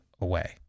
away